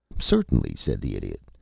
certainly, said the idiot.